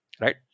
right